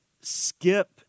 skip